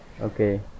Okay